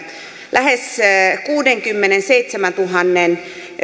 lähes kuudenkymmenenseitsemäntuhannen